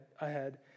ahead